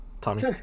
Tommy